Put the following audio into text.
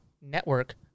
network